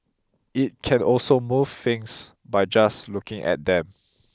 it can also move things by just looking at them